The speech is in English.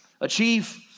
achieve